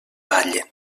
ballen